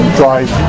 drive